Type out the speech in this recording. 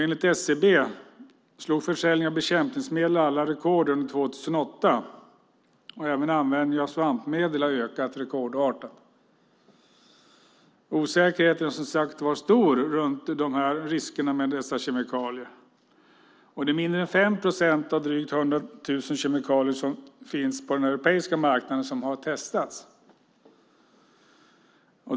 Enligt SCB slog försäljningen av bekämpningsmedel alla rekord under 2008. Även användningen av svampmedel har ökat rekordartat. Osäkerheten om riskerna med många kemikalier är som sagt stor. Det är mindre än 5 procent av de drygt 100 000 kemikalier som finns på den europeiska marknaden i dag som har testats.